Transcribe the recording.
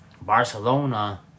Barcelona